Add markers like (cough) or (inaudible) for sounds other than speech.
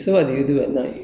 (laughs)